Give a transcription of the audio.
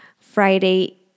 Friday